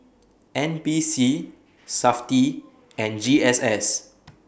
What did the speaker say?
N P C Safti and G S S